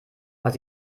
weil